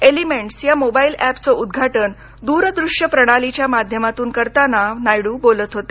elements या mobile अॅपचं उद्घाटन दूरदृश्य प्राणलीच्या माध्यमातून करताना ते बोलत होते